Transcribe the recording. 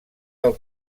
del